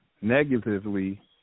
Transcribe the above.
negatively